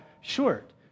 short